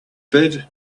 bid